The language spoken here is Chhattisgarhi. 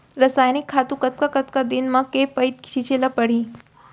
रसायनिक खातू कतका कतका दिन म, के पइत छिंचे ल परहि?